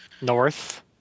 North